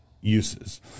uses